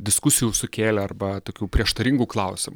diskusijų sukėlė arba tokių prieštaringų klausimų